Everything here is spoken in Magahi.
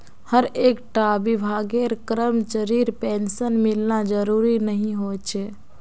हर एक टा विभागेर करमचरीर पेंशन मिलना ज़रूरी नि होछे